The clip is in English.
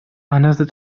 another